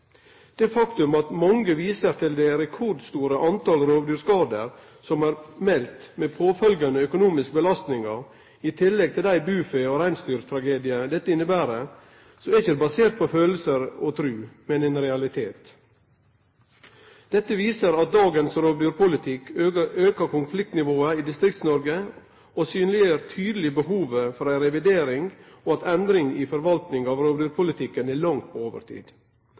eit faktum at når mange viser til det rekordstore talet rovdyrskadar som er meldt, med påfølgjande økonomiske belastningar i tillegg til dei bufe- og reinsdyrtragediane dette inneber, er det ikkje basert på følelsar og tru, men ein realitet. Dette viser at dagens rovdyrpolitikk aukar konfliktnivået i Distrikts-Noreg og synleggjer tydeleg behovet for ei revidering og at ei endring i forvaltninga av rovdyrpolitikken er langt på overtid.